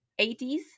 80s